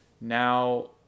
now